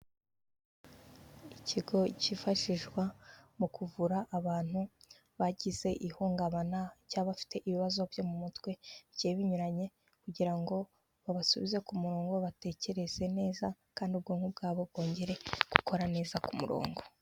Ikigo cyifashishwa mu kuvura abantu bagize ihungabana, cyangwa bafite ibibazo byo mu mutwe bigiye binyuranye, kugira ngo babasubize ku murongo batekereze neza, kandi ubwonko bwabo bongere gukora neza ku murongo.